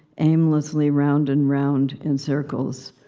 aimlessly round and round in circles.